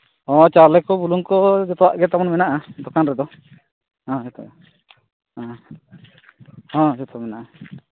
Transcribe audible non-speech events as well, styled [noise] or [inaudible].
ᱦᱚᱸ ᱪᱟᱣᱞᱮ ᱠᱚ ᱵᱩᱞᱩᱝ ᱠᱚ ᱡᱚᱛᱚᱣᱟᱜ ᱜᱮ ᱛᱟᱵᱚᱱ ᱢᱮᱱᱟᱜᱼᱟ ᱫᱚᱠᱟᱱ ᱨᱮᱫᱚ ᱦᱮᱸᱛᱚ ᱦᱮᱸ ᱦᱮᱸ ᱡᱚᱛᱚ ᱢᱮᱱᱟᱜᱼᱟ [unintelligible]